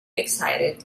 excited